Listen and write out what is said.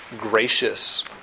gracious